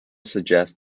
suggests